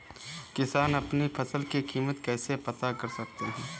किसान अपनी फसल की कीमत कैसे पता कर सकते हैं?